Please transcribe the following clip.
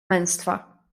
męstwa